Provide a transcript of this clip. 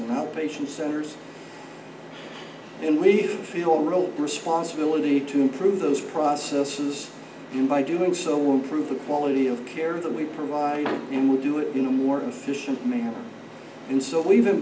outpatient centers and we feel real responsibility to improve those processes and by doing so will prove the quality of care that we provide and we do it in a more efficient manner and so even